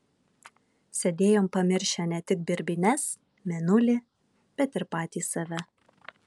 sėdėjom pamiršę ne tik birbynes mėnulį bet ir patys save